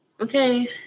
okay